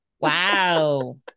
wow